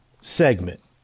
segment